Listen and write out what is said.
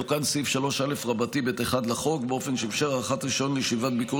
תוקן סעיף 3א(ב1) לחוק באופן שאפשר הארכת רישיון לישיבת ביקור